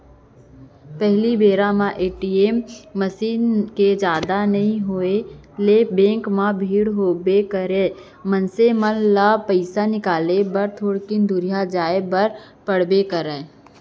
पहिली बेरा म ए.टी.एम मसीन के जादा नइ होय ले बेंक म भीड़ होबे करय, मनसे मन ल पइसा निकाले बर थोकिन दुरिहा जाय बर पड़बे करय